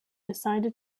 decided